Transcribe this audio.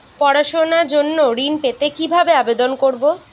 পড়াশুনা জন্য ঋণ পেতে কিভাবে আবেদন করব?